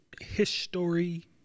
history